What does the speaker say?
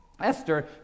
Esther